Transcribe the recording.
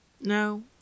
No